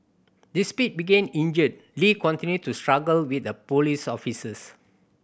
despite begin injured Lee continued to struggle with the police officers